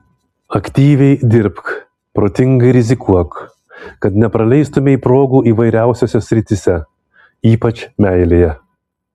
aktyviai dirbk protingai rizikuok kad nepraleistumei progų įvairiausiose srityse ypač meilėje